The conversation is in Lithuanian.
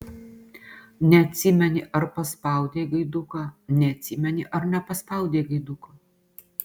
neatsimeni ar paspaudei gaiduką neatsimeni ar nepaspaudei gaiduko